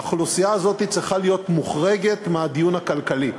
האוכלוסייה הזאת צריכה להיות מוחרגת מהדיון הכלכלי,